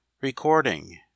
Recording